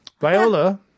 Viola